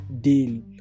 deal